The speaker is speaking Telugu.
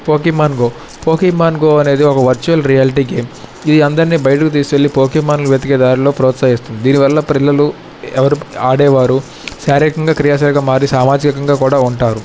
పోకీమాన్ గో పోకేమాన్ గో అనేది ఒక వర్చువల్ రియాలిటీ గేమ్ ఇది అందరిని బయటకు తీసుకువెళ్లి పోకిమాన్లు వెతికే దారిలో ప్రోత్సాహిస్తుంది దీనివల్ల ప్రిల్లలు ఎవరు ఆడేవారు శారీరకంగా క్రియాశకంగా మారి సామాజికంగా కూడా ఉంటారు